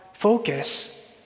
focus